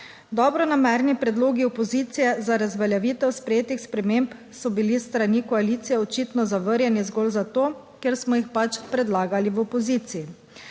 Dobronamerni predlogi opozicije za razveljavitev sprejetih sprememb so bili s strani koalicije očitno zavrnjeni zgolj zato, ker smo jih pač predlagali v opoziciji.